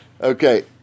okay